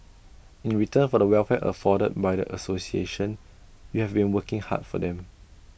in return for the welfare afforded by the association you have been working hard for them